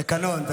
זה תקנון.